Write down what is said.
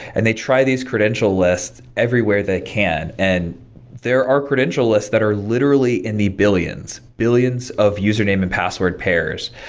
and they try these credential lists everywhere they can and there are credential lists that are literally in the billions, billions of username and password pairs.